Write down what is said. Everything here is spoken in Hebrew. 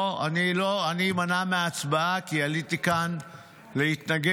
לא, אני אימנע מהצבעה, כי עליתי לכאן להתנגד.